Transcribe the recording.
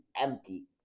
empty